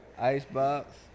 icebox